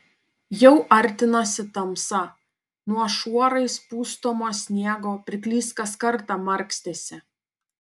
jau artinosi tamsa nuo šuorais pustomo sniego pirklys kas kartą markstėsi